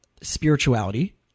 spirituality